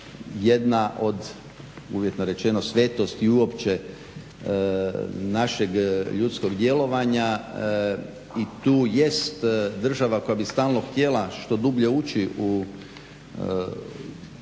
jedna od uvjetno rečeno svetosti i uopće našeg ljudskog djelovanja. I tu jest država koja bi stalno htjela što dublje uči u